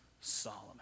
Solomon